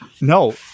No